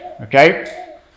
Okay